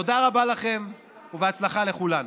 תודה רבה לכם ובהצלחה לכולנו.